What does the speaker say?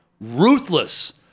Ruthless